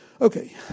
Okay